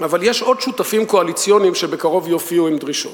אבל יש עוד שותפים קואליציוניים שבקרוב יופיעו עם דרישות.